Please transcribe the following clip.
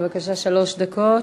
בבקשה, שלוש דקות.